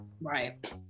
right